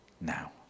now